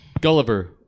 Gulliver